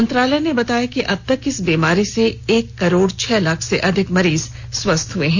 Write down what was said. मंत्रालय ने बताया कि अब तक इस बीमारी से एक करोड छह लाख से अधिक मरीज स्वस्थ हो चुके हैं